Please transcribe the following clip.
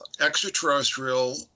extraterrestrial